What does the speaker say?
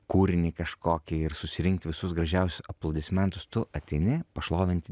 kūrinį kažkokį ir susirinkt visus gražiausius aplodismentus tu ateini pašlovinti